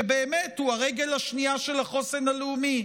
שבאמת הוא הרגל השנייה של החוסן הלאומי,